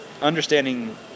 understanding